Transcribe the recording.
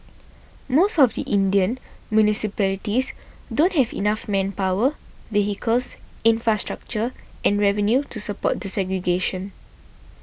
most of the Indian municipalities don't have enough manpower vehicles infrastructure and revenue to support the segregation